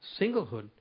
singlehood